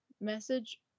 message